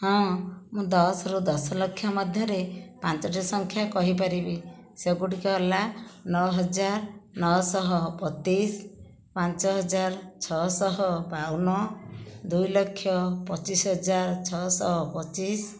ହଁ ମୁଁ ଦଶରୁ ଦଶଲକ୍ଷ ମଧ୍ୟରେ ପାଞ୍ଚଟି ସଂଖ୍ୟା କହିପାରିବି ସେଗୁଡ଼ିକ ହେଲା ନଅହଜାର ନଅଶହ ବତିଶ ପାଞ୍ଚହଜାର ଛଅଶହ ବାଉନ ଦୁଇଲକ୍ଷ ପଚିଶହଜାର ଛଅଶହ ପଚିଶ